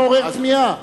"מעורר תמיהה".